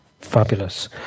Fabulous